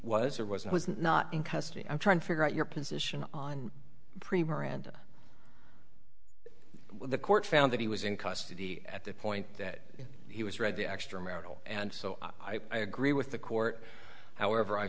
was or wasn't was not in custody i'm trying to figure out your position on premier and the court found that he was in custody at that point that he was ready extramarital and so i agree with the court however i